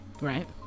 right